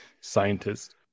scientist